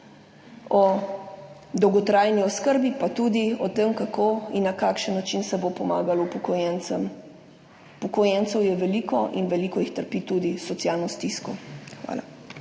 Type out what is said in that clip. o dolgotrajni oskrbi, pa tudi o tem, kako in na kakšen način se bo pomagalo upokojencem. Upokojencev je veliko in veliko jih trpi tudi socialno stisko. Hvala.